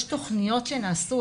יש תוכניות שנעשו.